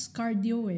cardio